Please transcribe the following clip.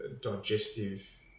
digestive